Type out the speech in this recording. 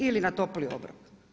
Ili na topli obrok.